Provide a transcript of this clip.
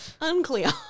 Unclear